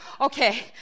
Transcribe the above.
okay